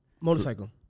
Motorcycle